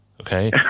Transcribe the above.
Okay